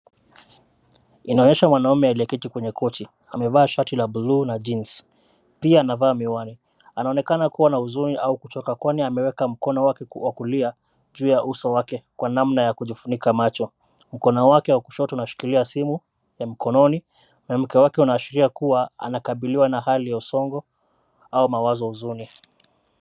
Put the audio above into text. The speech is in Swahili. Inaonyesha mwanaume aliyeketi kwenye kochi amevaa shati la bluu na jeans, pia anavaa miwani. Anaonekana kuwa na huzuni au kuchoka kwani ameweka mkono wake wa kulia juu ya uso wake kwa namna ya kujifunuka macho. Mkono wake wa kushoto unashikilia simu ya mkononi, mwemke wake unaashiria kuwa anakabiriwa na hali ya usongo au ana mawazo ya huzuni.